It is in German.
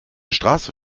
straße